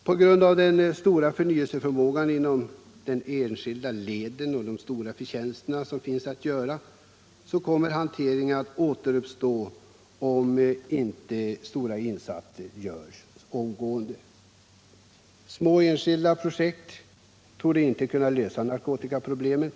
På grund av den stora förnyelseförmågan inom de enskilda leden och de stora förtjänster som finns att göra kommer hanteringen att återuppstå om insatserna endast görs punktvis. Små enskilda projekt torde inte kunna lösa narkotikaproblemet.